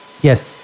Yes